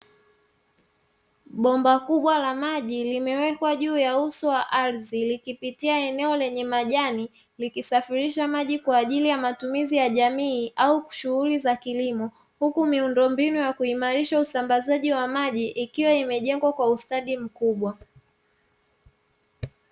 Bomba kubwa la maji limewekwa juu ya uso wa ardhi likipitia eneo lenye majani, likisafirisha maji kwa ajili ya matumizi ya jamii au shughuli za kilimo. Huku miundombinu ya kuimarisha usambazaji wa maji ikiwa imejengwa kwa ustadi mkubwa.